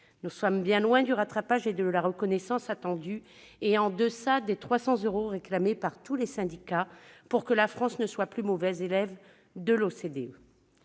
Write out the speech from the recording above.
Nous sommes bien loin du rattrapage et de la reconnaissance attendus, et en deçà des 300 euros réclamés par tous les syndicats pour que la France ne soit plus la mauvaise élève de l'OCDE.